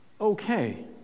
okay